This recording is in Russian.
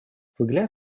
взгляд